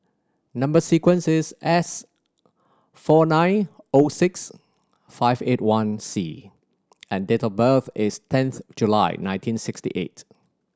number sequence is S four nine O six five eight one C and date of birth is tenth July nineteen sixty eight